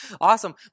awesome